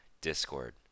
Discord